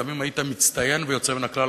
גם אם היית מצטיין ויוצא מן הכלל,